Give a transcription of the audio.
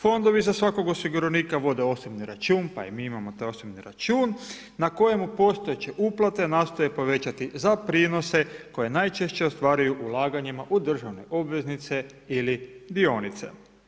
Fondovi za svakog osiguranika vode osobni račun pa i mi imamo taj osobni račun na kojemu postojeće uplate nastoje povećati za prinose koje najčešće ostvaruju ulaganjima u državne obveznice ili dionice.